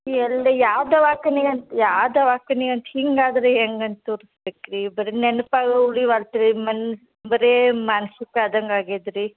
ಎಲ್ಲಿ ಯಾವ ದವಖಾನಿಗಂತ ಯಾವ ದವಖಾನಿಗಂತ ಹಿಂಗಾದ್ರೆ ಹೆಂಗೆ ಅಂತ ತೋರಿಸ್ಬೇಕು ರೀ ಬರಿ ನೆನಪಾಗೆ ಉಳಿಯುವಲ್ತು ರೀ ಮನ್ ಬರೇ ಮಾನಸಿಕ ಆದಂಗೆ ಆಗೇದಿ ರೀ